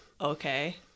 Okay